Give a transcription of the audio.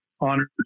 honored